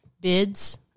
bids